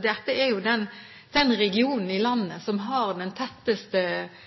Dette er jo den regionen i landet